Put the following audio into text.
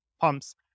pumps